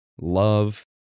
love